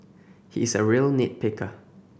he is a real nit picker